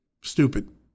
stupid